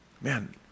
Man